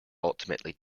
ultimately